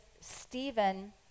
Stephen